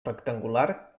rectangular